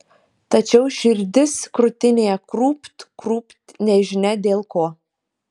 tačiau širdis krūtinėje krūpt krūpt nežinia dėl ko